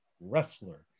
wrestler